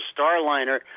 Starliner